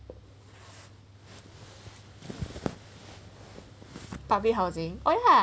public housing or ya